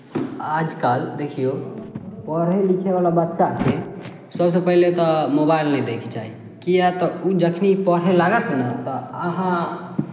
आजकल देखियौ पढ़ै लिखयवला बच्चाकेँ सभसँ पहिले तऽ मोबाइल नहि दैके चाही किएक तऽ ओ जखनि पढ़य लागत नहि तऽ अहाँ